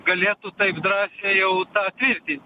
galėtų taip drąsiai jau tą tvirtint